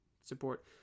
Support